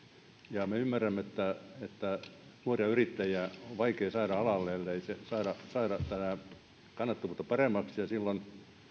ja me ymmärrämme että että nuoria yrittäjiä on vaikea saada alalle ellei saada tätä kannattavuutta paremmaksi silloin